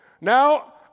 Now